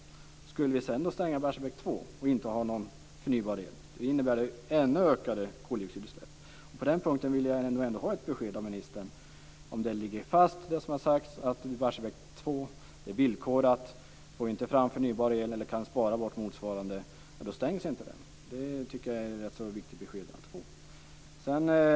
Skulle vi sedan stänga Barsebäck 2 utan att ha någon förnybar el, innebär det ytterligare ökade koldioxidutsläpp. På den punkten vill jag ha ett besked av ministern: Ligger det fast som har sagts, att Barsebäck 2 är villkorat så att om vi inte får fram förnybar el eller kan spara i motsvarande omfattning, så stängs inte Barsebäck 2? Det tycker jag är ett rätt viktigt besked att få.